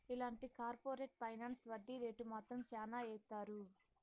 ఇలాంటి corporate finance వడ్డీ rate మాత్రం శ్యానా ఏత్తారు